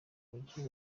mujyi